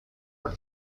are